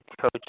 coach